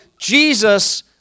Jesus